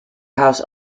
house